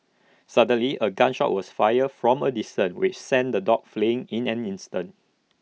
suddenly A gun shot was fired from A distance which sent the dogs fleeing in an instant